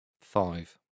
Five